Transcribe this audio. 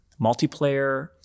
multiplayer